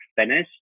finished